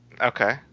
Okay